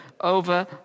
over